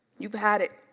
you've had it